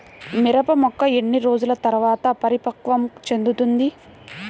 మిరప మొక్క ఎన్ని రోజుల తర్వాత పరిపక్వం చెందుతుంది?